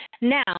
Now